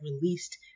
released